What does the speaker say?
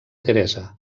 teresa